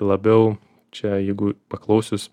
labiau čia jeigu paklausius